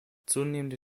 zunehmende